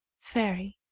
fairy.